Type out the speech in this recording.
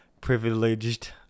privileged